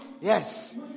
Yes